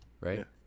Right